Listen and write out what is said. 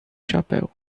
chapéu